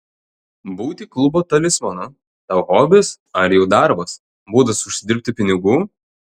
būti klubo talismanu tau hobis ar jau darbas būdas užsidirbti pinigų